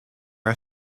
are